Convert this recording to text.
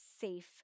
safe